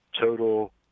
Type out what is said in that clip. total